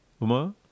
Uma